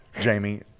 Jamie